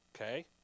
okay